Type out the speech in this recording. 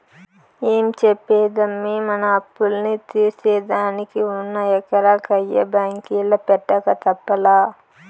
ఏం చెప్పేదమ్మీ, మన అప్పుల్ని తీర్సేదానికి ఉన్న ఎకరా కయ్య బాంకీల పెట్టక తప్పలా